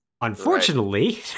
Unfortunately